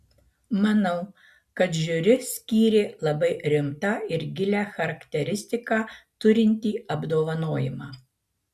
manau kad žiuri skyrė labai rimtą ir gilią charakteristiką turintį apdovanojimą